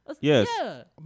Yes